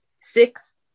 Six